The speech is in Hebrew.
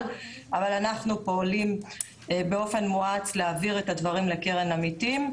אבל אנחנו פועלים באופן מואץ להעביר את הדברים לקרן עמיתים.